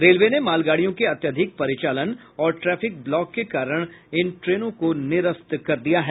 railway ने मालगाड़ियों के अत्यधिक परिचालन और ट्रैफिक ब्लॉक के कारण इन ट्रेनों को निरस्त किया है